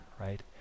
right